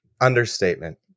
understatement